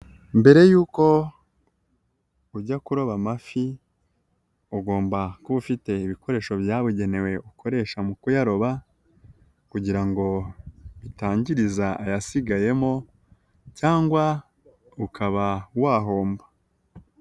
Mbere y'uko ujya kuroba amafi ugomba kuba ufite ibikoresho byabugenewe ukoresha mu kuyaroba kugira ngo utangiriza ayasigayemo cyangwa ukaba wahomba.